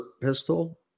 pistol